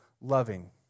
loving